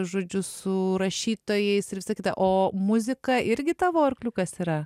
žodžiu su rašytojais ir visa kita o muzika irgi tavo arkliukas yra